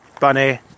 Bunny